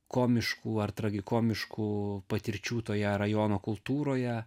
komiškų ar tragikomiškų patirčių toje rajono kultūroje